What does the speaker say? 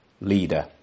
leader